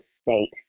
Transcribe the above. state